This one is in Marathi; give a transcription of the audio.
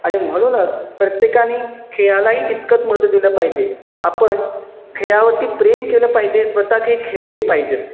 आणि म्हणूनच प्रत्येकाने खेळालाही तितकंच महत्त्व दिलं पाहिजे आपण खेळावरती प्रेम केलं पाहिजे स्वतः खेळ खेळले पाहिजेत